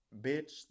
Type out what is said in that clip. bitch